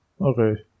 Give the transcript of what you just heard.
Okay